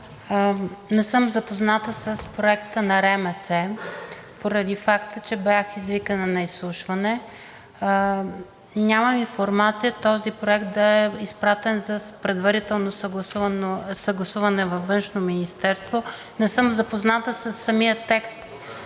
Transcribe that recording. не съм запозната с Проекта на РМС поради факта, че бях извикана на изслушване. Нямам информация този проект да е изпратен за предварително съгласуване във Външното министерство. Не съм запозната със самия текст